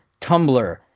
Tumblr